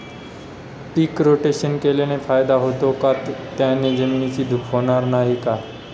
पीक rotation केल्याने फायदा होतो का? त्याने जमिनीची धूप होणार नाही ना?